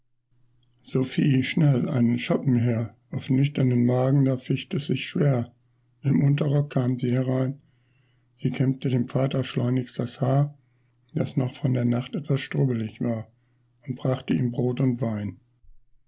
sophiee schnell einen schoppen her auf nüchternen magen da ficht es sich schwer im unterrock kam sie herein sie kämmte dem vater schleunigst das haar das noch von der nacht etwas strubbelig war und brachte ihm brot und wein